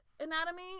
anatomy